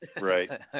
Right